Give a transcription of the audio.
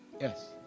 yes